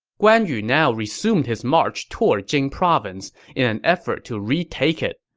guan yu now resumed his march toward jing province in an effort to retake it.